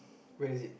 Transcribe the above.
where is it